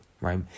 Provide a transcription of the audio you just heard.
right